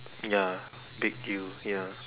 ya big deal ya